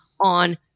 on